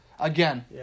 Again